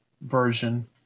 version